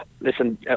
listen